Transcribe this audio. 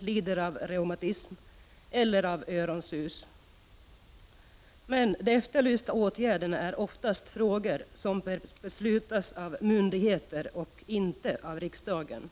lider av reumatism eller öronsusningar. De efterlysta åtgärderna rör ofta frågor som bör beslutas av myndigheter — inte av riksdagen.